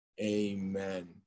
amen